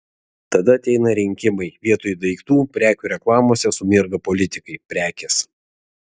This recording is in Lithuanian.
tada ateina rinkimai vietoj daiktų prekių reklamose sumirga politikai prekės